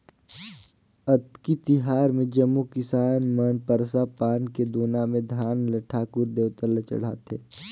अक्ती तिहार मे जम्मो किसान मन परसा पान के दोना मे धान ल ठाकुर देवता ल चढ़ाथें